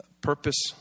purpose